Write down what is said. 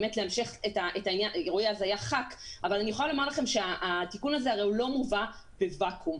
אני יכולה לומר לכם שהתיקון הזה לא מובא בוואקום.